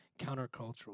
countercultural